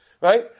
Right